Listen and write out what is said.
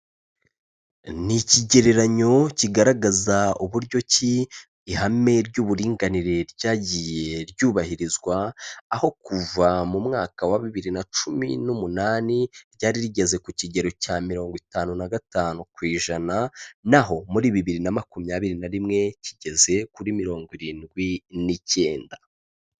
Ni ikigereranyo kigaragaza uburyo ki ihame ry'uburinganire ryagiye ryubahirizwa. Aho kuva mu mwaka wa bibiri na cumi n'umunani ryari rigeze ku kigero cya mirongo itanu na gatanu ku ijana. Naho muri bibiri na makumyabiri na rimwe kigeze kuri mirongo irindwi n'icyenda.